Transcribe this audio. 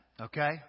okay